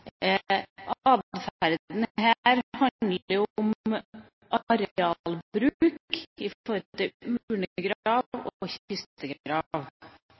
her handler om arealbruk i forhold til urnegrav og kistegrav. I noen kommuner kan det være ønskelig å